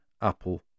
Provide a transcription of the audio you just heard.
Apple